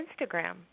Instagram